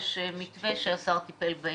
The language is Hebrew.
יש מתווה שהשר טיפל בהם.